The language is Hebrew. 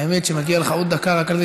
האמת היא שמגיעה לך עוד דקה רק על זה